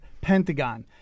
Pentagon